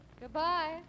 Goodbye